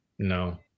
No